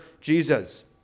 Jesus